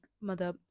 mother